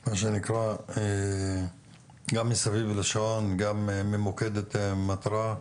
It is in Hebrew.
מה שנקרא, גם מסביב לשעון וגם ממוקדת מטרה.